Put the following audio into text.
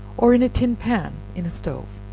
or in a tin pan in a stove,